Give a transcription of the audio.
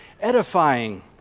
Edifying